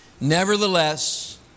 Nevertheless